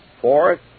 Fourth